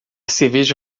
cerveja